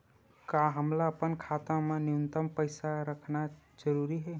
का हमला अपन खाता मा न्यूनतम पईसा रखना जरूरी हे?